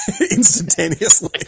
instantaneously